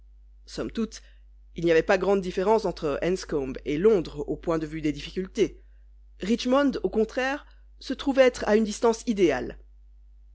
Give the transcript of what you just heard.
somme toute il n'y avait pas grande différence entre enscombe et londres au point de vue des difficultés richmond au contraire se trouve être à une distance idéale